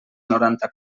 noranta